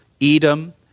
Edom